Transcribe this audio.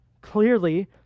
Clearly